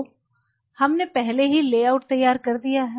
तो हमने पहले ही लेआउट तैयार कर दिया है